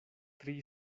tri